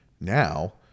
now